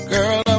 Girl